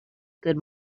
good